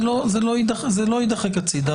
זה לא יידחק הצידה,